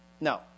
No